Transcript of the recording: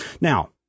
Now